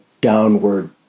downward